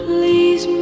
Please